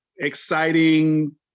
exciting